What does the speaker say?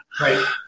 Right